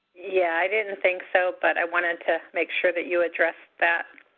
yeah, i didn't think so but i wanted to make sure that you addressed that.